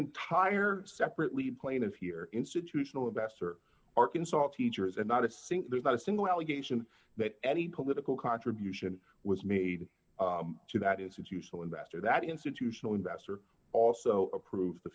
entire separate lead plaintiff here institutional investor arkansas teachers and not a sink there's not a single allegation that any political contribution was made to that institutional investor that institutional investor also approved the